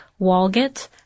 Walgett